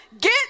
get